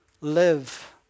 live